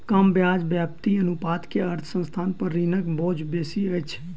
कम ब्याज व्याप्ति अनुपात के अर्थ संस्थान पर ऋणक बोझ बेसी अछि